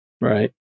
Right